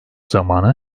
zamanı